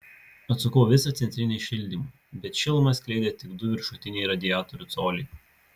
atsukau visą centrinį šildymą bet šilumą skleidė tik du viršutiniai radiatorių coliai